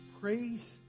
Praise